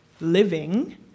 living